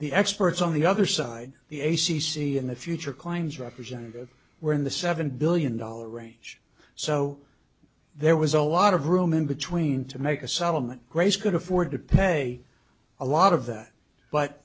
the experts on the other side the a c c and the future claims representatives were in the seven billion dollar range so there was a lot of room in between to make a settlement grace could afford to pay a lot of that